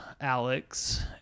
Alex